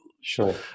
Sure